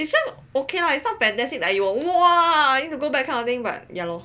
is just okay lah is not fantastic like you !whoa! you need to go back kind of thing